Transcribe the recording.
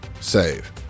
save